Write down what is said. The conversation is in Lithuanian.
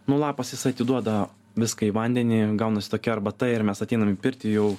nu lapas jisai atiduoda viską į vandenį gaunasi tokia arbata ir mes ateinam į pirtį jau